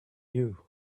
you